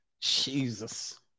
Jesus